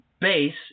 base